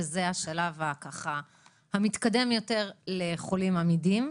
שזה השלב המתקדם יותר לחולים עמידים.